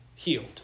Healed